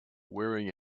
wearing